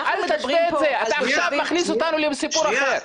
אתה עכשיו מכניס אותנו לסיפור אחר.